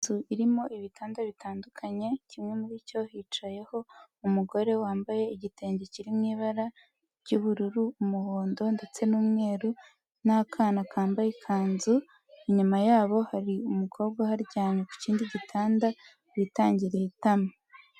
Inzu irimo ibitanda bitandukanye, kimwe muri cyo hicayeho umugore wambaye igitenge kiri mu ibara ry'ubururu, umuhondo ndetse n'umweru n'akana kambaye ikanzu. Inyuma yabo hari umukobwa uharyamye ku kindi gitanda witangiriye itama.